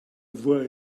voix